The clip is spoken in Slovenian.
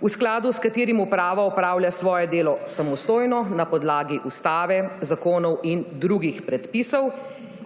v skladu s katerim uprava opravlja svoje delo samostojno na podlagi ustave, zakonov in drugih predpisov,